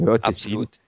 Absolut